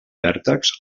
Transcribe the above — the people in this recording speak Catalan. vèrtex